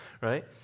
Right